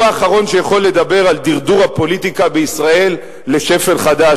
הוא האחרון שיכול לדבר על דרדור הפוליטיקה בישראל לשפל חדש,